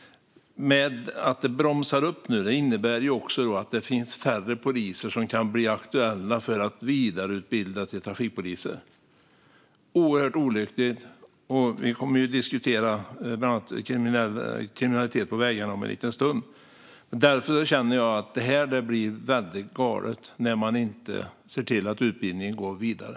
Att detta nu bromsas upp innebär att det finns färre poliser som kan bli aktuella för att vidareutbildas till trafikpoliser. Det är oerhört olyckligt. Vi kommer att diskutera bland annat kriminalitet på vägarna om en liten stund. Men jag känner att det blir väldigt galet när man inte ser till att utbildningen går vidare.